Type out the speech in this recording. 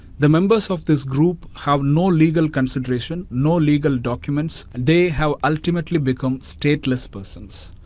the members of this group have no legal consideration, no legal documents, and they have ultimately become stateless persons.